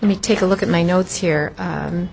let me take a look at my notes here